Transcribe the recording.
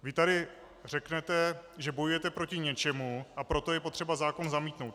Vy tady řeknete, že bojujete proti něčemu, a proto je potřeba zákon zamítnout.